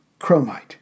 chromite